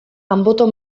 anboto